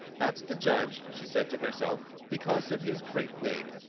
that's the judge, she said to herself, because of his great wig.